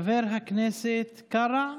חבר הכנסת קארה,